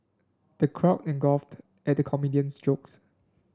the crowd in guffawed at the comedian's jokes